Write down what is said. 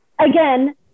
Again